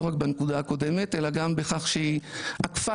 לא רק בנקודה הקודמת אלא גם בכך שהיא עקפה